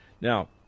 Now